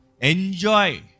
Enjoy